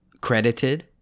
credited